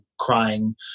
crying